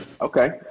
Okay